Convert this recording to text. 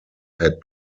had